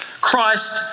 Christ